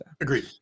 Agreed